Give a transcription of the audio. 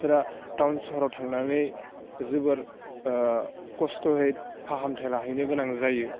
फ्रा टावन सोहोराव थांनानै जोबाद खस्थ'हैथ' फाहामथाइ लाहैनो गोनां जायो